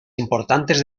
importantes